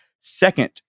second